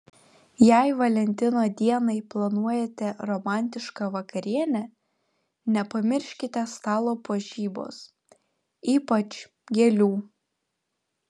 jei valentino dienai planuojate romantišką vakarienę nepamirškite stalo puošybos ypač gėlių